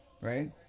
right